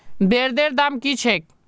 ब्रेदेर दाम की छेक